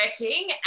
working